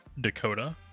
Dakota